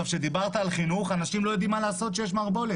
אתה דיברת על חינוך אנשים לא יודעים מה לעשות כשיש מערבולת.